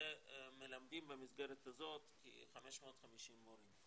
ומלמדים במסגרת הזאת כ-500 מורים.